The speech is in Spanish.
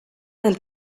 del